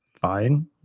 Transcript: fine